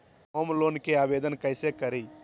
Home loan के आवेदन कैसे करि?